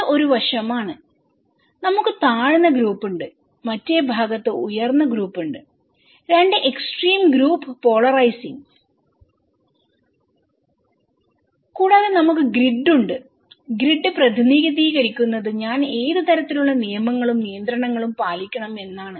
ഇത് ഒരു വശമാണ് നമുക്ക് താഴ്ന്ന ഗ്രൂപ്പുണ്ട് മറ്റേ ഭാഗത്തു ഉയർന്ന ഗ്രൂപ്പുണ്ട്2 എക്സ്ട്രീം ഗ്രൂപ്പ് പോളറൈസിങ് കൂടാതെ നമുക്ക് ഗ്രിഡ് ഉണ്ട് ഗ്രിഡ് പ്രതിനിധീകരിക്കുന്നത് ഞാൻ ഏത് തരത്തിലുള്ള നിയമങ്ങളും നിയന്ത്രണങ്ങളും പാലിക്കണം എന്നാണ്